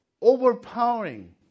overpowering